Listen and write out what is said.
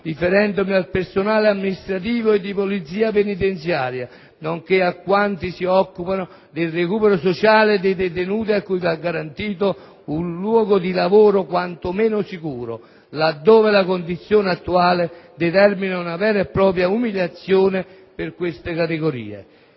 riferendomi al personale amministrativo e di polizia penitenziaria, nonché a quanti si occupano del recupero sociale dei detenuti a cui va garantito un luogo di lavoro quantomeno sicuro, laddove la condizione attuale determina una vera e propria umiliazione per queste categorie.